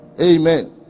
amen